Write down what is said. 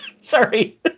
Sorry